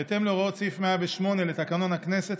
בהתאם להוראות סעיף 108 לתקנון הכנסת,